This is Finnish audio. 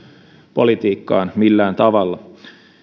politiikkaan millään tavalla